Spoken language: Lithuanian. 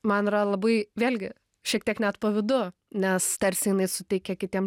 man yra labai vėlgi šiek tiek net pavydu nes tarsi jinai suteikia kitiem